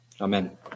Amen